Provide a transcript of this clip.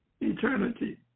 eternity